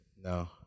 No